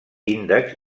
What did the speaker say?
índex